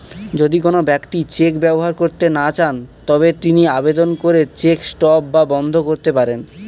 যদি কোন ব্যক্তি চেক ব্যবহার করতে না চান তবে তিনি আবেদন করে চেক স্টপ বা বন্ধ করতে পারেন